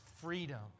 freedom